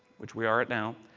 which we are at now,